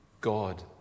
God